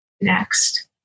next